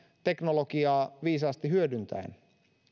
teknologiaa viisaasti hyödyntäen